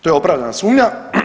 To je opravdana sumnja.